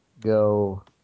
go